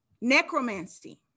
necromancy